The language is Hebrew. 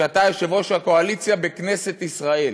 שאתה יושב-ראש הקואליציה בכנסת ישראל: